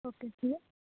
okay sir